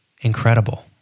Incredible